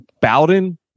Bowden